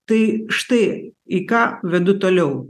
tai štai į ką vedu toliau